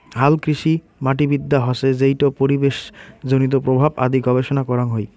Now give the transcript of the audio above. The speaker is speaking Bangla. হালকৃষিমাটিবিদ্যা হসে যেইটো পরিবেশজনিত প্রভাব আদি গবেষণা করাং হই